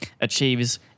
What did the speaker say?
achieves